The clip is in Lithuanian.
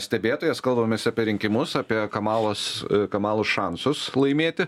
stebėtojas kalbamės apie rinkimus apie kamalos kamalos šansus laimėti